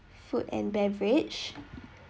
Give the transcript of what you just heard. food and beverage